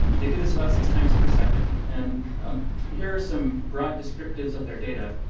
they do this about six times per second. and here are some broad descriptives of their data.